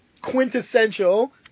quintessential